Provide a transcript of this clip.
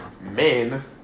men